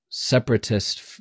Separatist